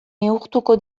neurtuko